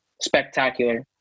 spectacular